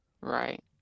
Right